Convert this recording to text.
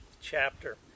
chapter